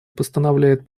постановляет